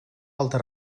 altre